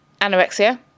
anorexia